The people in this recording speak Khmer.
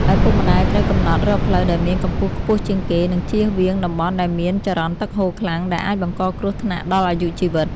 ឪពុកម្តាយត្រូវកំណត់រកផ្លូវដែលមានកម្ពស់ខ្ពស់ជាងគេ និងជៀសវាងតំបន់ដែលមានចរន្តទឹកហូរខ្លាំង ដែលអាចបង្កគ្រោះថ្នាក់ដល់អាយុជីវិត។